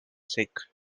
sick